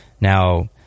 Now